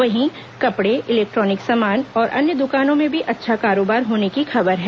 वहीं कपड़े इलेक्ट्रॉनिक सामान और अन्य दुकानों में भी अच्छा कारोबार होने की खबर है